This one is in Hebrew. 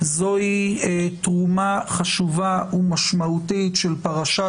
זאת תרומה חשובה ומשמעותית של פרשת